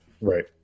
Right